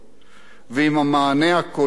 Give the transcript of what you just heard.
ועם המענה הקולי הארור.